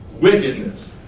wickedness